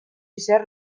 ezer